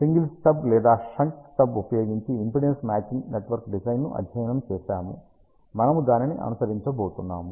single stubs లేదా shunt stubs ఉపయోగించి impedance matching network డిజైన్ను అధ్యయనం చేసాము మనము దానిని అనుసరించబోతున్నాము